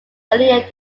earlier